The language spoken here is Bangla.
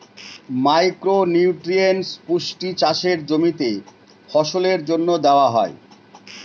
মাইক্রো নিউট্রিয়েন্টস পুষ্টি চাষের জমিতে ফসলের জন্য দেওয়া হয়